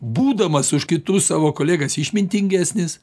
būdamas už kitus savo kolegas išmintingesnis